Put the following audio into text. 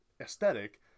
aesthetic